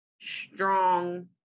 strong